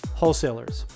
wholesalers